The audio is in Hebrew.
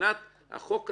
שמבחינת החוק הזה,